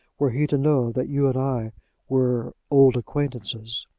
were he to know that you and i were old acquaintances.